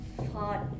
thought